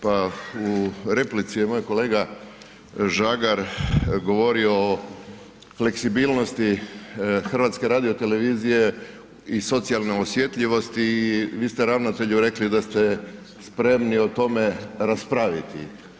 Pa u replici je moj kolega Žagar govorio o fleksibilnosti HRT-a i socijalne osjetljivosti i vi ste ravnatelju rekli da ste spremni o tome raspraviti.